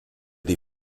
die